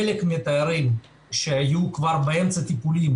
חלק מהתיירים שהיו כבר באמצע הטיפולים